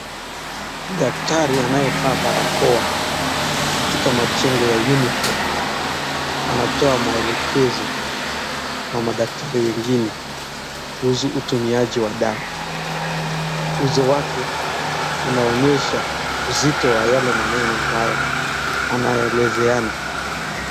Daktari anayevaa barakoa katika majengo ya unicef anatoa maelekezo kwa madaktari wengine kuhusu utumiaji wa dawa, uso wake unaonyesha uzito wa yale maneno ambayo anaelezeana.